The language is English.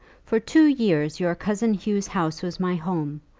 for two years your cousin hugh's house was my home.